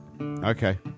Okay